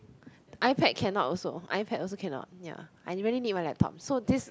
iPad cannot also iPad also cannot ya I really need my laptop so this